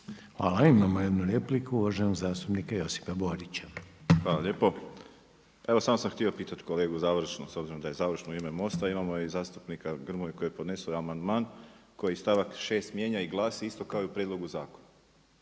Hvala. Imamo jednu repliku, uvaženog zastupnika Josipa Borića. **Borić, Josip (HDZ)** Hvala lijepo. Evo samo sam htio pitati kolegu završno, s obzirom da je završno u ime MOST-a imamo i zastupnika Grmoju koji je podneso amandman koji stavak 6. mijenja i glasi isto kao i u prijedlogu zakona.